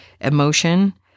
emotion